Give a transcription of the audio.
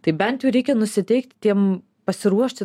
tai bent jau reikia nusiteikti tiem pasiruošti